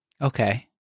Okay